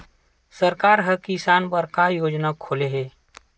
सरकार ह किसान बर का योजना खोले हे?